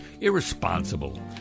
irresponsible